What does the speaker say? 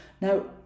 Now